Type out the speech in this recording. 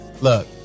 Look